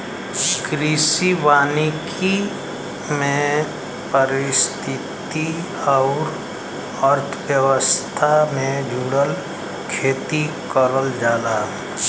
कृषि वानिकी में पारिस्थितिकी आउर अर्थव्यवस्था से जुड़ल खेती करल जाला